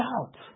out